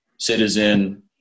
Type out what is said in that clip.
Citizen